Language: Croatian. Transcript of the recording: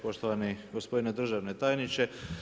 Poštovani gospodine državni tajniče.